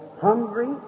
hungry